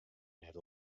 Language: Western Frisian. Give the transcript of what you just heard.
net